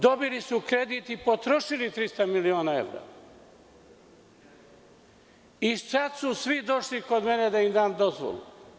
Dobili su kredit i potrošili 300 miliona evra i sada su svi došli kod mene da im dam dozvolu.